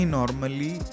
normally